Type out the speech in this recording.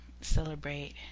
celebrate